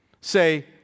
say